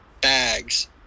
bags